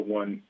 one